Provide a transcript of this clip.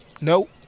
Nope